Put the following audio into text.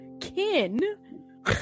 kin